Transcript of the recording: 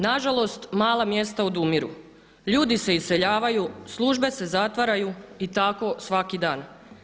Nažalost, mala mjesta odumiru, ljudi se iseljavaju, službe se zatvaraju i tako svaki dan.